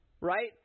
right